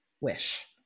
wish